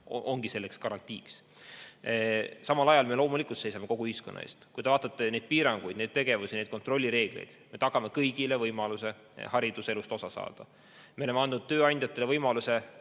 töötajad garantiiks. Samal ajal me loomulikult seisame kogu ühiskonna eest. Vaadake neid piiranguid, tegevusi, kontrollireegleid. Me tagame kõigile võimaluse hariduselust osa saada. Me oleme andnud tööandjatele võimaluse